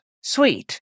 Sweet